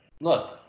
look